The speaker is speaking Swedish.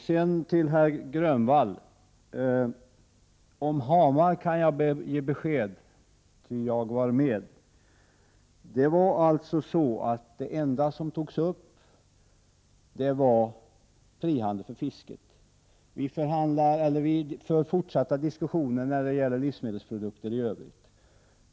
Herr talman! Jag ber att få önska Margareta af Ugglas glad påsk tillbaka! Sedan till herr Grönvall. Om Hamar kan jag ge besked, ty jag var med. Det enda som togs upp var frihandel för fisket. Diskussionerna fortsätter när det gäller livsmedelsprodukter i övrigt.